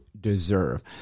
deserve